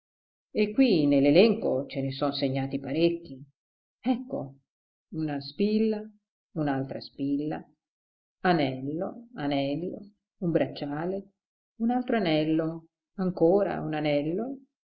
e qui nell'elenco ce ne son segnati parecchi ecco una spilla un'altra spilla anello anello un bracciale un altro anello ancora un anello